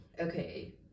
Okay